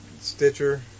Stitcher